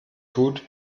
tut